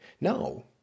No